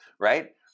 right